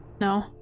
No